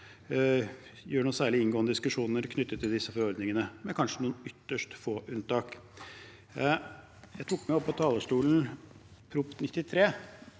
har noe særlig inngående diskusjoner knyttet til disse forordningene, med kanskje noen ytterst få unntak. Jeg tok med opp på talerstolen Prop. 93